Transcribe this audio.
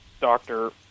doctor